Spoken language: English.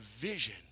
vision